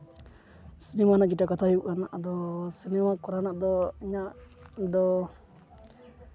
ᱡᱮᱢᱚᱱ ᱚᱱᱟ ᱡᱮᱴᱟ ᱠᱟᱛᱷᱟ ᱦᱩᱭᱩᱜ ᱠᱟᱱ ᱟᱫᱚ ᱥᱤᱱᱮᱢᱟ ᱠᱚᱨᱟᱣ ᱨᱮᱱᱟᱜ ᱫᱚ ᱤᱧᱟᱹᱜ ᱫᱚ